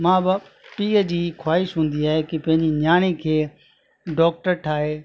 माउ बाप पीअ जी ख़्वाहिश हूंदी आहे कि पंहिंजी नियाणी खे डॉक्टर ठाहे